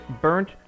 burnt